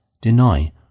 deny